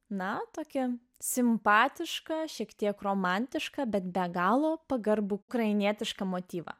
na tokia simpatiška šiek tiek romantiška bet be galo pagarbų ukrainietišką motyvą